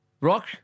Rock